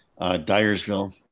Dyersville